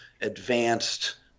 advanced